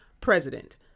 president